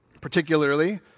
particularly